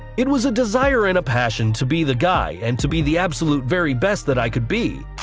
it was a desire and a passion to be the guy and to be the absolute very best that i could be.